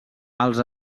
els